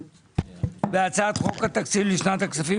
אנחנו דנים עכשיו בהצעת חוק התקציב לשנת הכספים